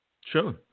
Sure